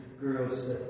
girls